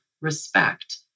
respect